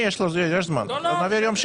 שנייה, אולי נמתין להם.